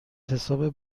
حساب